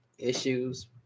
issues